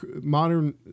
modern